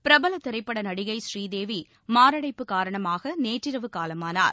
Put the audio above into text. பிரபல திரைப்பட நடிகை ஸ்ரீதேவி மாரடைப்பு காரணமாக நேற்றிரவு காலமானார்